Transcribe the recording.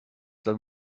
dann